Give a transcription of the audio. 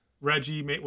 Reggie